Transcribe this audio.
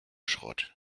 schrott